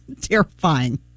terrifying